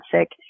sick